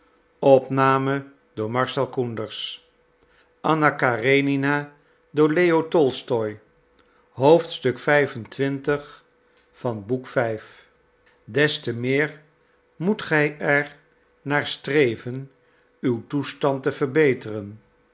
des te meer moet gij er naar streven uw toestand te verbeteren